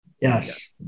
Yes